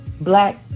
black